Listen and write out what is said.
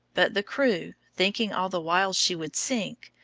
but the crew, thinking all the while she would sink,